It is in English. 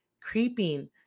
creeping